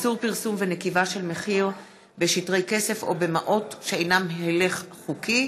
(איסור פרסום ונקיבה של מחיר בשטרי כסף או במעות שאינם הילך חוקי),